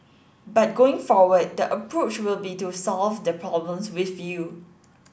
but going forward the approach will be to solve the problems with you